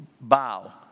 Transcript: Bow